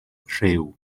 rhyw